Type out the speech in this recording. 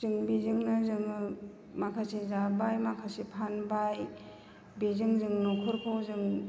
जों बेजोंनो जोङो माखासे जाबाय माखासे फानबाय बेजों जों न'खरखौ जों